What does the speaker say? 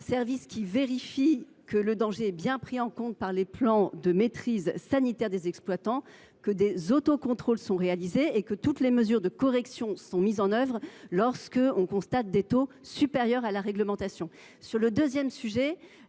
derniers vérifient que le danger est bien pris en compte par les plans de maîtrise sanitaire des exploitants, que des autocontrôles sont réalisés et que toutes les mesures de correction sont mises en œuvre lorsque l’on constate des taux supérieurs à la réglementation. Ensuite, se